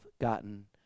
gotten